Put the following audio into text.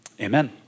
Amen